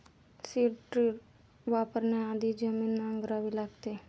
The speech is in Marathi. सीड ड्रिल वापरण्याआधी जमीन नांगरावी लागते